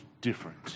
different